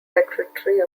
secretary